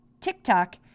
TikTok